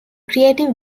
creative